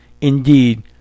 indeed